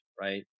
right